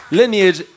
lineage